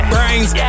Brains